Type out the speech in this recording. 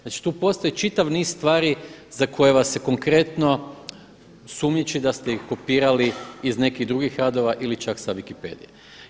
Znači tu postoji čitav niz stvari za koje vas se konkretno sumnjiči da ste ih kopirali iz nekih drugih radova ili čak sa wikipedije.